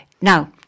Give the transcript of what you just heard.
Now